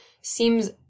seems